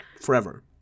forever